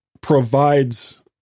provides